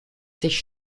sich